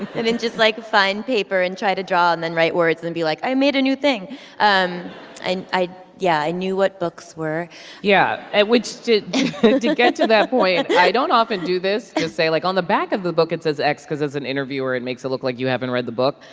didn't just, like, find paper and try to draw and then write words, then be like, i made a new thing um and i yeah, i knew what books were yeah at which did to get to that point yeah i don't often do this just say, like, on the back of the book, it says x because as an interviewer, it makes it look like you haven't read the book.